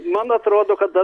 man atrodo kada